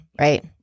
right